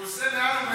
הוא עושה מעל ומעבר.